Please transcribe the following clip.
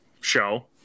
show